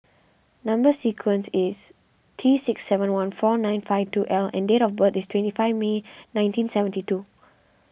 Number Sequence is T sex seven one four nine five two L and date of birth is twenty five May nineteen seventy two